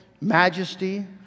majesty